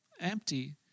empty